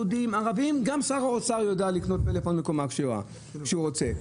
גם שר האוצר יודע לקנות פלאפון בקומה כשרה כשהוא רוצה.